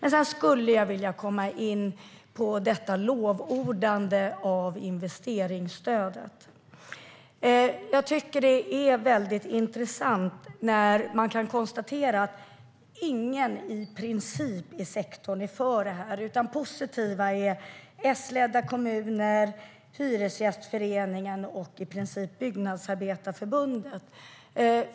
Nooshi Dadgostar lovordar investeringsstödet, men i princip är ingen i sektorn för det. Positiva är S-ledda kommuner, Hyresgästföreningen och Byggnadsarbetareförbundet.